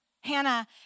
Hannah